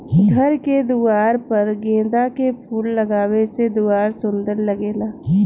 घर के दुआर पर गेंदा के फूल लगावे से दुआर सुंदर लागेला